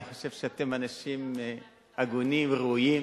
אני חושב שאתם אנשים הגונים וראויים,